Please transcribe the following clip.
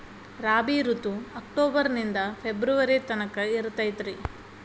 ರಾಬಿ ಋತು ಅಕ್ಟೋಬರ್ ನಿಂದ ಫೆಬ್ರುವರಿ ತನಕ ಇರತೈತ್ರಿ